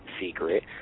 secret